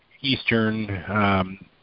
eastern